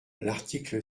l’article